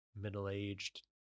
middle-aged